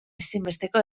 ezinbesteko